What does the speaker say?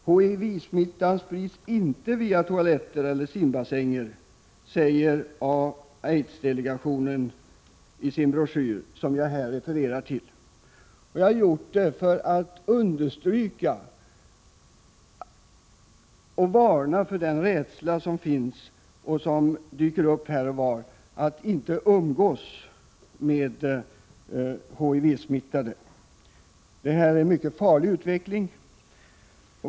HIV-smitta sprids inte via toaletter eller simbassänger, säger aidsdelegationen i sin broschyr, som jag här refererar till. Jag gör det för att varna för rädslan för att umgås med HIV-smittade vilken dyker upp här och var. Den rädslan är mycket farlig.